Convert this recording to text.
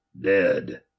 dead